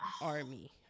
Army